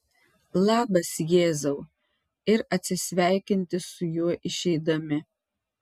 labas jėzau ir atsisveikinti su juo išeidami